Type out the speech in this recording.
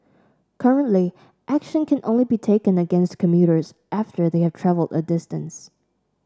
currently action can only be taken against commuters after they have travelled a distance